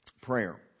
prayer